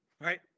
right